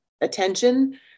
attention